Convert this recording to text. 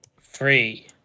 three